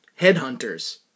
Headhunters